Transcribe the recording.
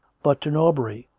but to nor bury,